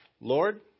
Lord